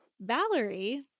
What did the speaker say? valerie